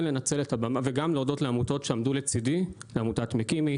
וגם להודות לעמותות שעמדו לצידי עמותת "מקימי",